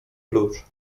klucz